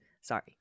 Sorry